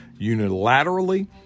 unilaterally